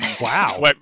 Wow